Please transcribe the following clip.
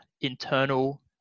internal